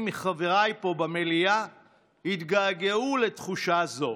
מחבריי פה במליאה התגעגעו לתחושה זו.